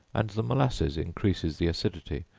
and the molasses increases the acidity,